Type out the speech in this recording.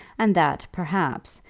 and that, perhaps,